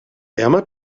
emma